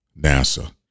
NASA